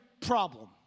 problem